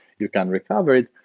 you can recover it,